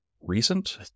recent